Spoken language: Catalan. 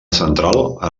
central